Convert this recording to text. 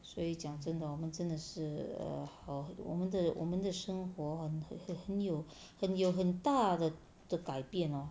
所以讲真的我们真的是 err 好我们的我们的生活很很有很有很大的的改变了